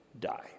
die